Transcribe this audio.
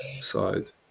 side